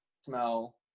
smell